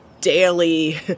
daily